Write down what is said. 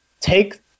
take